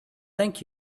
thank